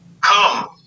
come